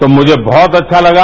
तो मुझे बहुत अच्छा लगा